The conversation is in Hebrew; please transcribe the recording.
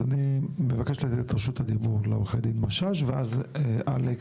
אז אני מבקש לתת את רשות הדיבור לעורכת הדין משש ואז אלכס.